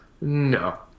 no